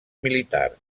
militars